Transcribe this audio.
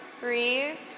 breathe